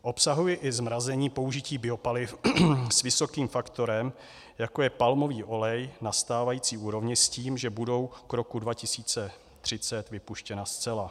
Obsahuje i zmrazení použití biopaliv s vysokým faktorem, jako je palmový olej, na stávající úrovni s tím, že budou k roku 2030 vypuštěna zcela.